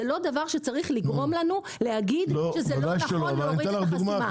זה לא דבר שצריך לגרום לנו להגיד שזה לא נכון להוריד את החסימה.